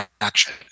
action